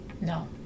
No